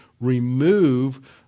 remove